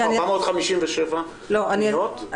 מתוך 457 נפתחו 34 תיקים.